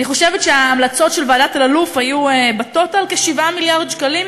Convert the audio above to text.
אני חושבת שההמלצות של ועדת אלאלוף היו בטוטל כ-7 מיליארד שקלים.